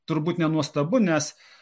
turbūt nenuostabu nes